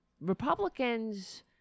Republicans